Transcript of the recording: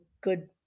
good